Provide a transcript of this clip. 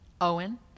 owen